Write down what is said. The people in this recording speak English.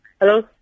Hello